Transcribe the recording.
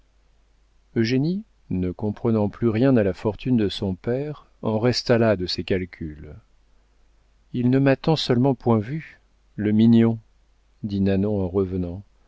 gêné eugénie ne comprenant plus rien à la fortune de son père en resta là de ses calculs il ne m'a tant seulement point vue le mignon dit nanon en revenant